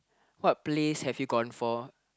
what plays have you gone for